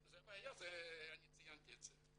זו הבעיה, אני ציינתי את זה.